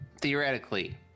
theoretically